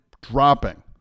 dropping